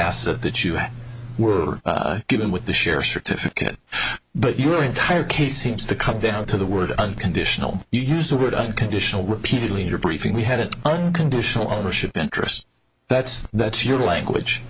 asset that you were given with the share certificate but your entire case seems to come down to the word unconditional you used the word unconditional repeatedly in your briefing we had an unconditional ownership interest that's that's your language